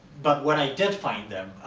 but when i did find them,